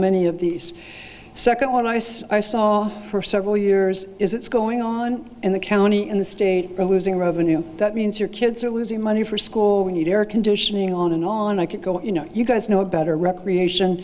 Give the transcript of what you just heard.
many of these second on ice i saw for several years is it's going on in the county in the state are losing revenue that means your kids are losing money for school we need air conditioning on and on i could go you know you guys know better recreation